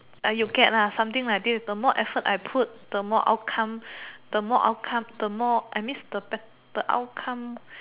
you get lah something like this the more effort I put the more outcome the more outcome the more I miss the pet the outcome